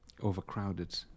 overcrowded